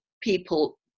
people